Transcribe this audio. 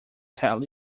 tell